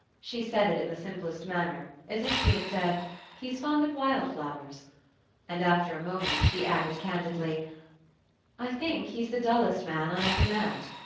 she said it in the simplest manner, as if she had said he's fond of wild-flowers and after a moment she added candidly i think he's the dullest man i ever met.